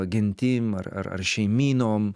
gentim ar ar šeimynom